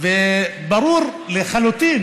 וברור לחלוטין